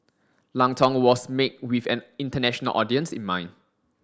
Lang Tong was made with an international audience in mind